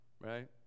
right